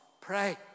pray